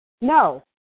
No